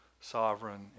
sovereign